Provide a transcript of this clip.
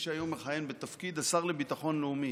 שמכהן היום בתפקיד השר לביטחון הלאומי.